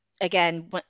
again